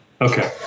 Okay